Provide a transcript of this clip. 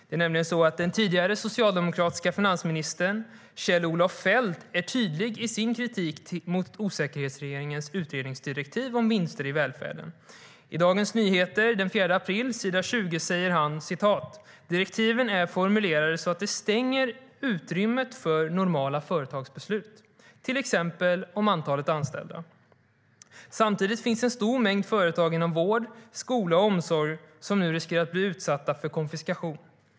Det är nämligen så att den tidigare socialdemokratiska finansministern Kjell-Olof Feldt är tydlig i sin kritik mot osäkerhetsregeringens utredningsdirektiv om vinster i välfärden.I Dagens Nyheter den 4 april på s. 20 säger han: "Direktivet är formulerat så att det stänger utrymmet för normala företagsbeslut, till exempel om antalet anställda. Samtidigt finns en stor mängd företag inom vård, skola och omsorg som nu riskerar att bli utsatta för konfiskation.